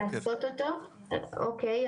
אוקיי,